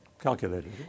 calculated